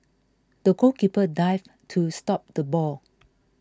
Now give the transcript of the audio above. the goalkeeper dived to stop the ball